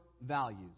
values